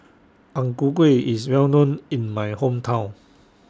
Ang Ku Kueh IS Well known in My Hometown